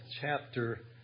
chapter